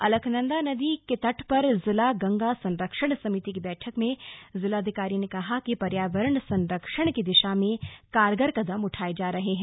अलकनंदा नदी के तट पर जिला गंगा संरक्षण समिति की बैठक में जिलाधिकारी ने कहा कि पर्यावरण संरक्षण की दिशा में कारगर कदम उठाये जा रहे हैं